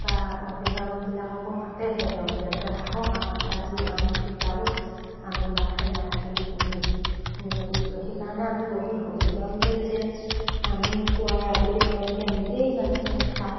বা অভিভাৱকবিলাককো মাতেহে তেওঁলোকে যে আহক আমাক আজি আমুক শিকাব আমি বাহেঁত নাথাকিলেও কৰিম এনেকৈ বুলি কয় সেইকাৰণে আমি বহুত সুখী তেওঁলোকে যেতিয়া আমি কোৱাৰ আগতেই তেওঁলোকে নিজেই ইমানখিনি উৎসাহ